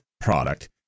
product